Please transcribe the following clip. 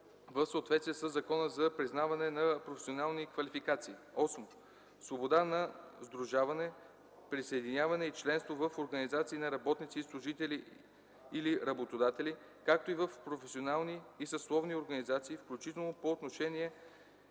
в съответствие със Закона за признаване на професионални квалификации;